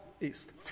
east